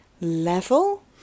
level